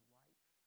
life